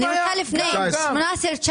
18'-19',